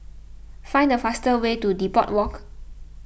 find the fastest way to Depot Walk